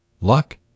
luck